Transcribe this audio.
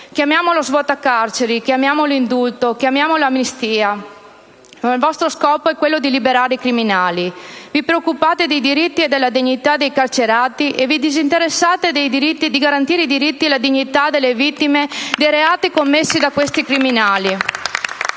Chiamiamolo svuota carceri, chiamiamolo indulto, chiamiamolo amnistia, ma il vostro scopo è liberare i criminali. Vi preoccupate dei diritti e della dignità dei carcerati e vi disinteressate di garantire i diritti e la dignità delle vittime dei reati commessi da questi criminali.